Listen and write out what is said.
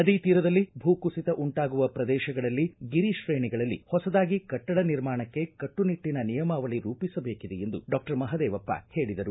ನದಿ ತೀರದಲ್ಲಿ ಭೂ ಕುಸಿತ ಉಂಟಾಗುವ ಪ್ರದೇಶಗಳಲ್ಲಿ ಗಿರಿ ಶ್ರೇಣಿಗಳಲ್ಲಿ ಹೊಸದಾಗಿ ಕಟ್ಟಡ ನಿರ್ಮಾಣಕ್ಕೆ ಕಟ್ಟುನಿಟ್ಟಿನ ನಿಯಮಾವಳಿ ರೂಪಿಸಬೇಕಿದೆ ಎಂದು ಡಾಕ್ಟರ್ ಮಹದೇವಪ್ಪ ಹೇಳಿದರು